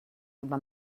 über